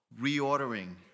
reordering